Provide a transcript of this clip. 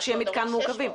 צריך שיהיה מתקן מעוכבים.